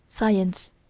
science,